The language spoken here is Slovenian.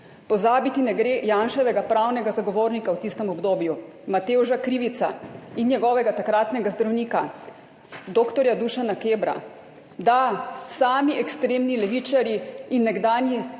pozabiti ne gre Janševega pravnega zagovornika v tistem obdobju, Matevža Krivica, in njegovega takratnega zdravnika dr. Dušana Kebra. Da, sami ekstremni levičarji in nekdanji